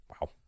Wow